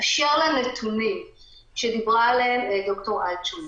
באשר לנתונים שדיברה עליהם ד"ר אלטשולר,